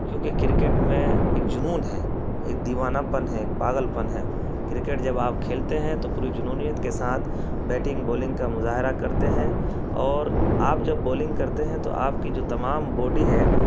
کیونکہ کرکٹ میں ایک جنون ہے ایک دیوانہ پن ہے ایک پاگل پن ہے کرکٹ جب آپ کھیلتے ہیں تو پوری جنونیت کے ساتھ بیٹنگ بولنگ کا مظاہرہ کرتے ہیں اور آپ جب بولنگ کرتے ہیں تو آپ کی جو تمام باڈی ہے